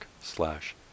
slash